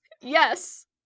Yes